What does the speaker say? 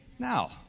Now